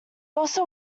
also